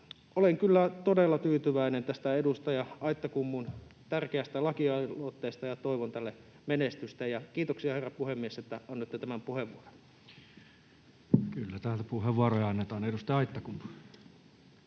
Olen kyllä todella tyytyväinen tästä edustaja Aittakummun tärkeästä lakialoitteesta ja toivon tälle menestystä. Kiitoksia, herra puhemies, että annoitte tämän puheenvuoron. [Speech 134] Speaker: Toinen varapuhemies